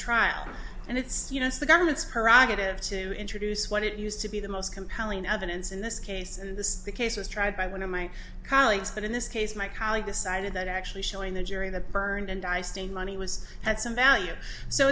trial and it's you know it's the government's prerogative to introduce what it used to be the most compelling evidence in this case and this case was tried by one of my colleagues that in this case my colleague decided that actually showing the jury that burned and dicing money was had some value so